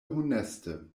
honeste